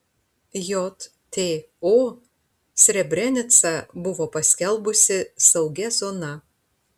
jto srebrenicą buvo paskelbusi saugia zona